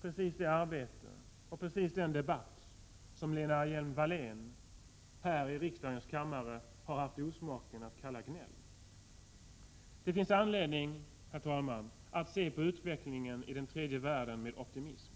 precis det arbete och precis den debatt som Lena Hjelm-Wallén har haft den dåliga smaken att här i riksdagens kammare kalla gnäll. Det finns anledning, herr talman, att se på utvecklingen i tredje världen med optimism.